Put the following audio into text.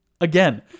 Again